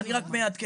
אני רק מעדכן.